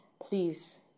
please